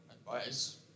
advice